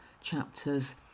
chapters